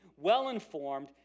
well-informed